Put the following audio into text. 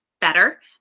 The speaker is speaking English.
better